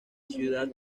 ciudad